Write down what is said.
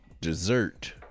dessert